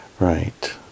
Right